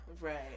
right